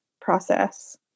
process